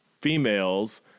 females